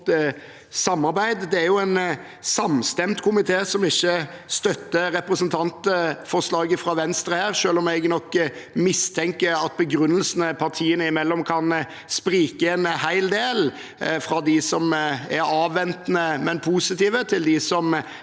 Det er en samstemt komité som ikke støtter representantforslaget fra Venstre her, selv om jeg nok mistenker at begrunnelsene til partiene kan sprike en hel del, fra dem som er avventende, men positive, til dem som